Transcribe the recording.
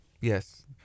yes